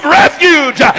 refuge